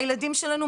הילדים שלנו,